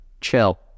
chill